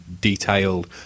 detailed